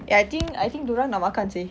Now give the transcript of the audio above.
eh I think I think dia orang nak makan seh